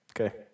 Okay